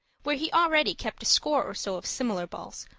where he already kept a score or so of similar balls,